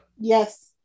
Yes